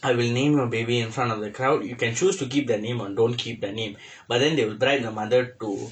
I will name your baby in front of the crowd you can choose to keep the name or don't keep the name but then they will bribe the mother to